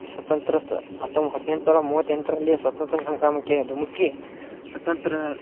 ಸ್ವತಂತ್ರ್ಯ ಸ ಹತ್ತೊಮ್ ಹದಿನೆಂಟರ ಮೂವತ್ತೆಂಟರಲ್ಲಿಯೆ ಸ್ವತಂತ್ರ್ಯ ಸಂಗ್ರಾಮಕ್ಕೆ ದುಮುಕಿ ಸ್ವತಂತ್ರ್ಯ